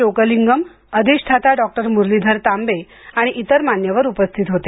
चोकलिंगम अधिष्ठाता डॉक्टर मुरलीधर तांबे आणि इतर मान्यवर उपस्थित होते